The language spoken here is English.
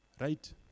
Right